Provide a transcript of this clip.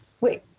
Wait